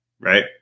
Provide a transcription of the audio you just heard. right